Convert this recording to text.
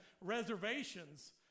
reservations